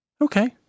Okay